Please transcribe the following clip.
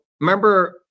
remember